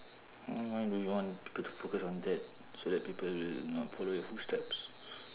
hmm why do you want people to focus on that so that people will not follow your footsteps